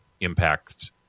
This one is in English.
impact